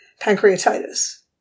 pancreatitis